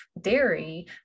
dairy